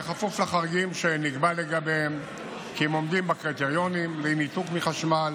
בכפוף לחריגים שנקבע לגביהם כי הם עומדים בקריטריונים לניתוק מחשמל